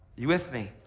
you with me?